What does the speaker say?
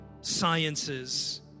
sciences